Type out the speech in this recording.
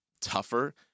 tougher